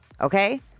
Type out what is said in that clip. Okay